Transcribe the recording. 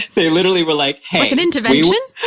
they literally were like, hey like an intervention?